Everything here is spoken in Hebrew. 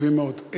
חשובים מאוד.